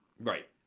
Right